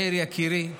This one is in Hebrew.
מאיר יקירי,